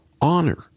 Honor